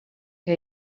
que